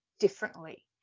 differently